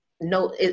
No